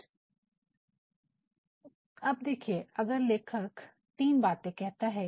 उपकरणों पर कितने खर्च की आवश्यकता और प्रोजेक्ट की अवधि क्या है" अब देखिए अगर लेखक तीन बातें कहना चाहता है